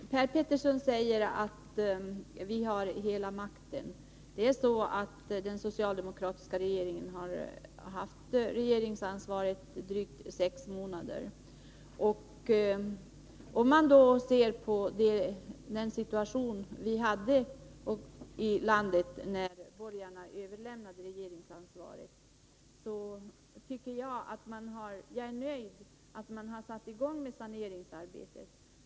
Herr talman! Per Petersson säger att vi har hela makten. — Socialdemokraterna har haft regeringsansvaret i drygt sex månader. Med hänsyn till den situation vi hade i landet när borgarna överlämnade regeringsansvaret är jag nöjd med att man har satt i gång med saneringsarbetet.